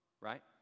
Right